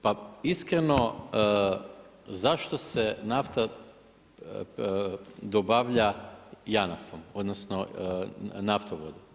Pa iskreno zašto se nafta dobavlja JANAF-om, odnosno naftovodom?